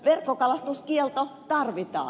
verkkokalastuskielto tarvitaan